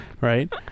Right